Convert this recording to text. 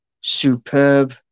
superb